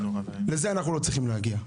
לזה אנחנו לא צריכים להגיע.